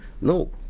No